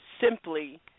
simply